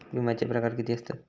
विमाचे प्रकार किती असतत?